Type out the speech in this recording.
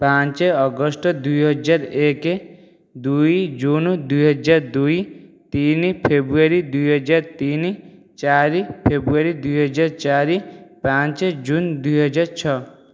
ପାଞ୍ଚେ ଅଗଷ୍ଟ ଦୁଇହଜାରଏକ ଦୁଇ ଜୁନ ଦୁଇହଜାରଦୁଇ ତିନି ଫେବୃୟାରୀ ଦୁଇହଜାରତିନି ଚାରି ଫେବୃୟାରୀ ଦୁଇହଜାରଚାରି ପାଞ୍ଚେ ଜୁନ ଦୁଇହଜାରଛଅ